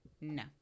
No